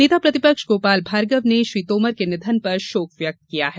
नेता प्रतिपक्ष गोपाल भार्गव ने श्री तोमर के निधन पर शोक व्यक्त की है